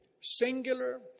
singular